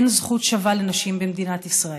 אין זכות שווה לנשים במדינת ישראל.